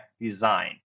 Design